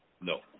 No